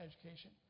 education